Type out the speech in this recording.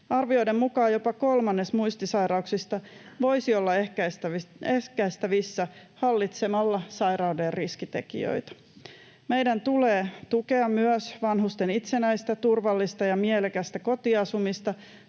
Arvioiden mukaan jopa kolmannes muistisairauksista voisi olla ehkäistävissä hallitsemalla sairauden riskitekijöitä. Meidän tulee tukea myös vanhusten itsenäistä, turvallista ja mielekästä kotiasumista,